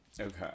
Okay